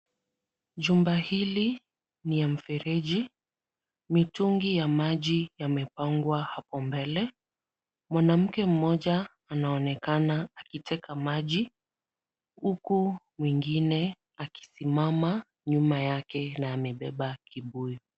Jumba hili ni ya mfereji, mitungi ya maji yamepangwa hapo mbele. Mwanamke mmoja anaonekana akiteka maji huku mwingine akisimama nyuma yake na amebeba kibuyu.